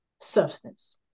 substance